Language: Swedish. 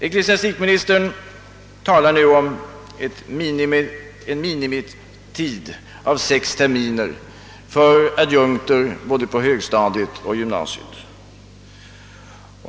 Ecklesiastikministern talar nu om en minimitid av sex terminer för adjunkt både på högstadiet och på gymnasiet.